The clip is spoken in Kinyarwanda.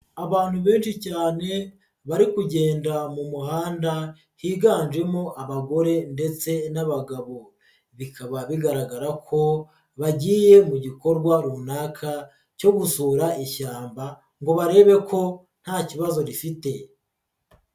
Abantu benshi cyane bari kugenda mu muhanda higanjemo abagore ndetse n'abagabo, bikaba bigaragara ko bagiye mu gikorwa runaka cyo gusora ishyamba ngo barebe ko nta kibazo rifite.